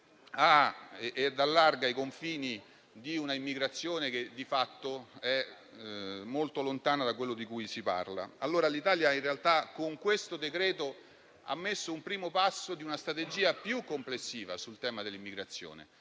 allarga i confini di un'immigrazione che, di fatto, è molto lontana da quello di cui si parla. L'Italia allora, in realtà, con questo decreto-legge ha compiuto il primo passo di una strategia più complessiva sul tema dell'immigrazione,